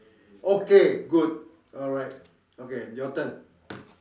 okay good alright okay your turn